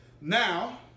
Now